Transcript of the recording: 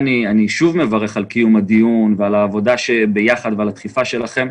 אני שוב מברך על קיום הדיון ועל העבודה ביחד ועל הדחיפה שלכם.